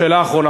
שאלה אחרונה,